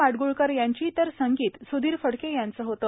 माडगूळकर यांची तर संगीत सुधीर फडके यांचं होत